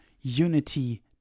Unity